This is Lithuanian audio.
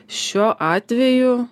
šiuo atveju